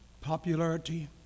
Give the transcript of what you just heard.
popularity